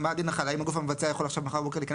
האם הגוף המבצע יכול מחר בבוקר להיכנס